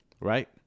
right